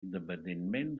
independentment